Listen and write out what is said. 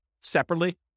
separately